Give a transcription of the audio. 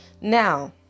Now